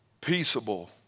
peaceable